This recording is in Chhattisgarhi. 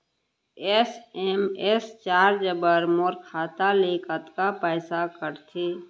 एस.एम.एस चार्ज बर मोर खाता ले कतका पइसा कटथे?